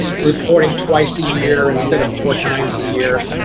reporting twice a year instead of four times a year,